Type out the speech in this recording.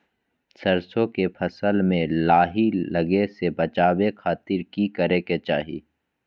सरसों के फसल में लाही लगे से बचावे खातिर की करे के चाही?